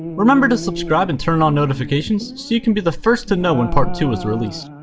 remember to subscribe and turn on notifications so you can be the first to know when part two is released.